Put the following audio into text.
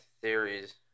theories